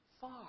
far